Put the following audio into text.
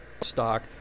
stock